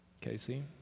Casey